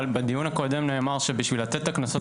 אבל בדיון הקודם נאמר שבשביל לתת את הקנסות,